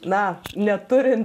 na neturin